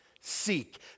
seek